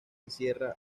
encierra